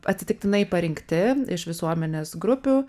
atsitiktinai parinkti iš visuomenės grupių